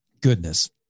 Goodness